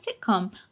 sitcom